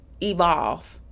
evolve